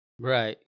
Right